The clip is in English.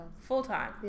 Full-time